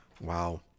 Wow